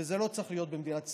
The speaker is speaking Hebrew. וזה לא צריך להיות במדינת ישראל.